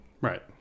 Right